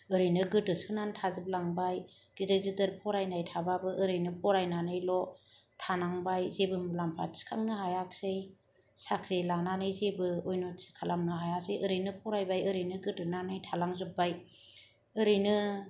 ओरैनो गोदोसोनानै थाजोबलांबाय गिदिर गिदिर फरायनाय थाब्लाबो ओरैनो फरायनानैल' थानांबाय जेबो मुलाम्फा थिखांनो हायाखिसै साख्रि लानानै जेबो उननुथि खालामनो हायासै ओरैनो फरायबाय ओरैनो गोदोनानै थालांजोबबाय ओरैनो